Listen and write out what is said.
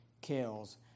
kills